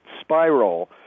spiral